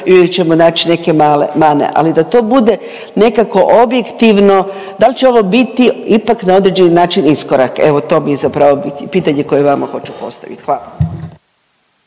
i uvijek ćemo naći neke mane. Ali da to bude nekako objektivno, da li će ovo biti ipak na određeni način iskorak. Evo to bi zapravo pitanje koje vama hoću postaviti. Hvala.